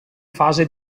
fase